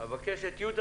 יהודה